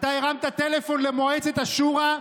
אתה הרמת טלפון למועצת השורא,